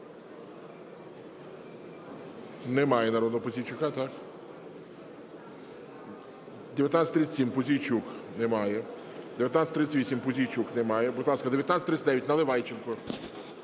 Немає народного… Пузійчука, так? 1937, Пузійчук. Немає. 1938, Пузійчук. Немає. Будь ласка, 1939, Наливайченко.